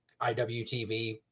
IWTV